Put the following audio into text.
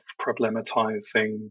problematizing